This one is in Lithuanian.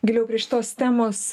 giliau prie šitos temos